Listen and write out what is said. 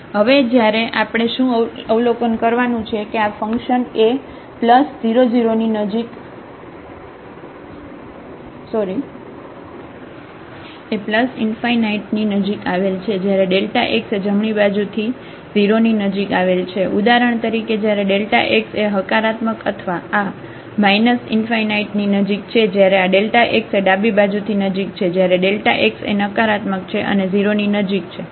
હવે આપણે શું આવલોકન કરવાનું છે કે આ ફંક્શન એ ∞ની નજીક આવેલ છે જયારે xએ જમણી બાજુ થી 0 ની નજીક આવેલ છે ઉદાહરણ તરીકે જયારે x એ હકારાત્મક અથવા આ ની નજીક છે જયારે આ x એ ડાબી બાજુ થી નજીક છે ત્યારે xએ નકારાત્મક છે અને 0 ની નજીક છે